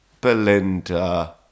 Belinda